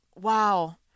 wow